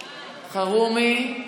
אלחרומי,